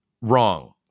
wrong